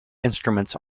instruments